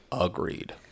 agreed